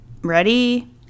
Ready